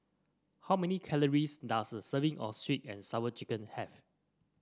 how many calories does a serving of sweet and Sour Chicken have